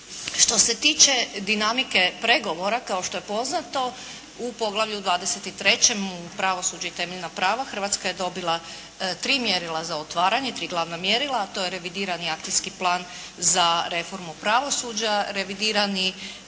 Što se tiče dinamike pregovora kao što je poznato u Poglavlju XXIII. pravosuđe i temeljna prava, Hrvatska je dobila tri mjerila za otvaranje, tri glavna mjerila, a to je revidirani akcijski plan za reformu pravosuđa, revidirani